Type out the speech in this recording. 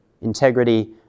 Integrity